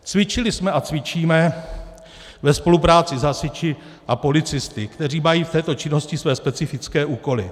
Cvičili jsme a cvičíme ve spolupráci s hasiči a policisty, kteří mají v této činnosti své specifické úkoly.